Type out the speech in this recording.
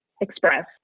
express